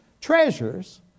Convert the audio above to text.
treasures